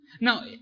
Now